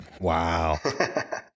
Wow